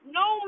no